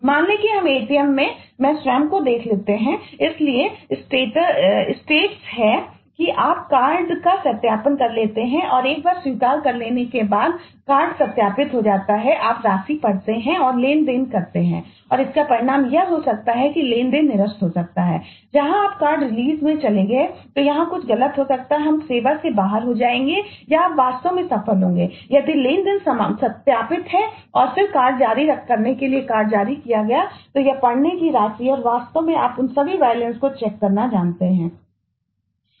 मान लें कि हम ATM मैं स्वयं को देख लेते हैं इसलिए स्टेट्स को चेक करना जानते हैं